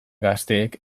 gazteek